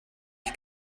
ich